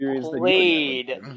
played